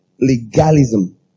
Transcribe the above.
legalism